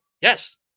yes